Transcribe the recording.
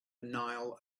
nile